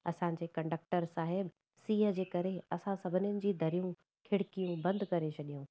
असांजे कंडक्टर साहिबु सीअ जे करे असां सभिनीनि जूं दरियूं खिड़कियूं बंदि करे छॾियूं